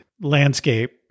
landscape